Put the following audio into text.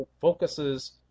focuses